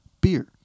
beer